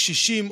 מקשישים,